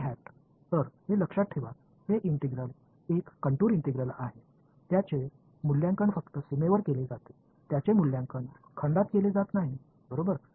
तर तर हे लक्षात ठेवा हे इंटिग्रल एक कंटूर इंटिग्रल आहे त्याचे मूल्यांकन फक्त सीमेवर केले जाते त्याचे मूल्यांकन खंडात केले जात नाही बरोबर